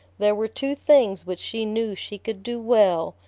there were two things which she knew she could do well,